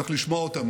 צריך לשמוע אותם,